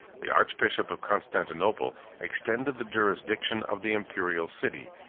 the archbishop of constantinople extended the jurisdiction of the imperial city,